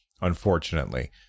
unfortunately